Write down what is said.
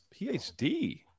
PhD